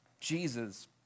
Jesus